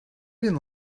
been